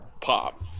pop